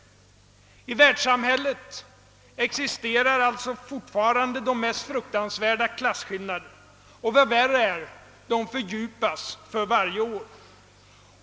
I världssamhället existerar alltså fortfarande de mest fruktansvärda klassskillnader, och vad värre är: de fördjupas för varje år.